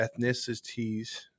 ethnicities